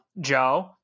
Joe